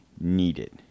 needed